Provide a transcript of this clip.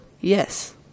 Yes